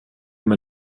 man